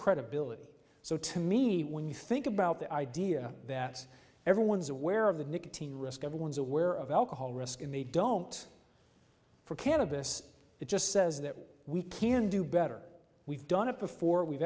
credibility so to me when you think about the idea that everyone's aware of the nicotine risk everyone's aware of alcohol risk in they don't for cannabis it just says that we can do better we've done it before we've